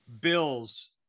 Bills